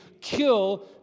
kill